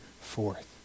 forth